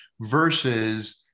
versus